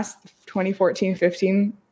2014-15